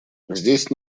здесь